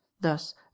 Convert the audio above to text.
thus